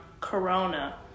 Corona